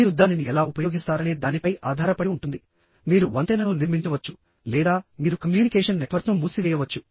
మీరు దానిని ఎలా ఉపయోగిస్తారనే దానిపై ఆధారపడి ఉంటుందిమీరు వంతెనను నిర్మించవచ్చు లేదా మీరు కమ్యూనికేషన్ నెట్వర్క్ను మూసివేయవచ్చు